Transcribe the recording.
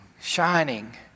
shining